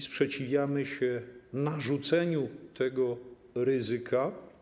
Sprzeciwiamy się narzuceniu tego ryzyka.